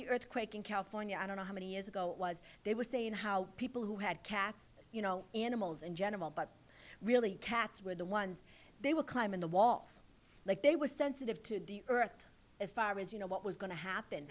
the earthquake in california i don't know how many years ago it was they were saying how people who had cats you know animals in general but really cats were the ones they were climbing the walls like they were sensitive to deep earth as far as you know what was going to happen